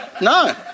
no